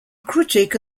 critic